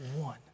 one